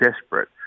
desperate